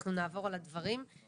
אנחנו נעבור על הדברים.